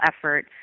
effort